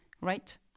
right